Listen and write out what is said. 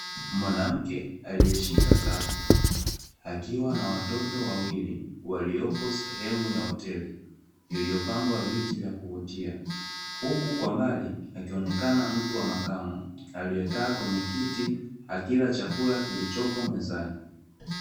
Mwanamke aliyeshika kapu, akiwa na watoto wawili waliopo sehemu ya hoteli iliyopangwa viti vya kuvutia. Huku kwa mbali akionekana mtu wa makamu aliyekaa kwenye kiti akila chakula kilichopo mezani.